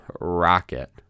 rocket